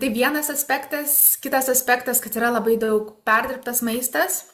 tai vienas aspektas kitas aspektas kad yra labai daug perdirbtas maistas